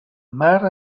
mar